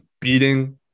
beating